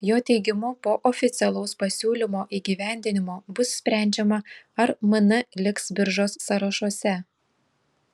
jo teigimu po oficialaus pasiūlymo įgyvendinimo bus sprendžiama ar mn liks biržos sąrašuose